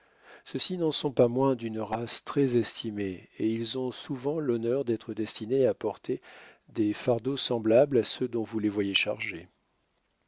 ceux-ci n'en sont pas moins d'une race très estimée et ils ont souvent l'honneur d'être destinés à porter des fardeaux semblables à ceux dont vous les voyez chargés